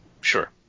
Sure